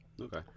okay